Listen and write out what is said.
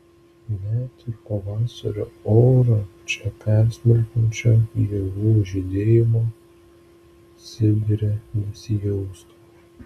net ir pavasario orą čia persmelkiančio ievų žydėjimo sibire nesijausdavo